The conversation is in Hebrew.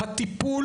הטיפול,